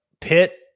Pitt